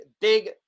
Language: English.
big